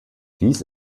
dies